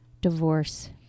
divorce